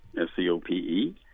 S-C-O-P-E